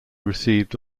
received